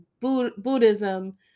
Buddhism